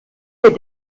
wir